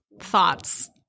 thoughts